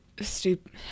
stupid